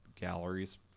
galleries